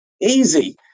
easy